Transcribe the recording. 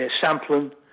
sampling